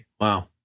Wow